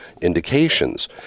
indications